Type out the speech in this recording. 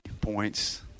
points